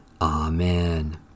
Amen